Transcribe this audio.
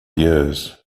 years